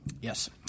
Yes